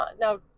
now